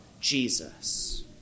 jesus